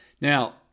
Now